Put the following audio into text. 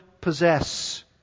possess